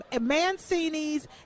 Mancini's